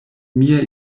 mia